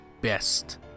best